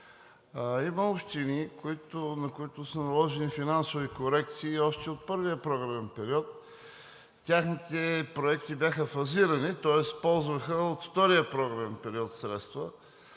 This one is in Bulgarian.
има общини, на които са наложени финансови корекции още от първия програмен период и техните проекти бяха фазирани, тоест ползваха средства от втория програмен период.